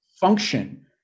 function